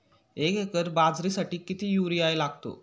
एक एकर बाजरीसाठी किती युरिया लागतो?